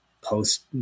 post